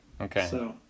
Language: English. Okay